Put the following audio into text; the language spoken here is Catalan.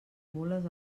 mules